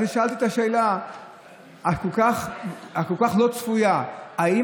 אני שאלתי את השאלה הכל-כך לא צפויה: האם